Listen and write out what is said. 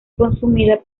consumida